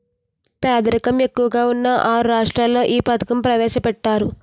పేదరికం ఎక్కువగా ఉన్న ఆరు రాష్ట్రాల్లో ఈ పథకం ప్రవేశపెట్టారు